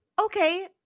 Okay